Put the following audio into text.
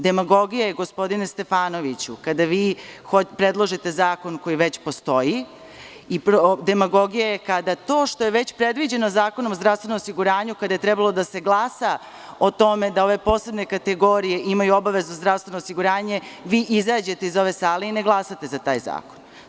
Demagogija je, gospodine Stefanoviću, kada vi predlažete zakon koji već postoji i demagogija je kada to što je već predviđeno Zakonom o zdravstvenom osiguranju, kada je trebalo da se glasa o tome da ove posebne kategorije imaju obavezno zdravstveno osiguranje, vi izađete iz ove sale i ne glasate za taj zakon.